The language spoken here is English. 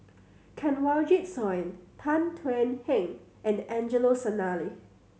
Kanwaljit Soin Tan Thuan Heng and Angelo Sanelli